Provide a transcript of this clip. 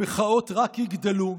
המחאות רק יגדלו,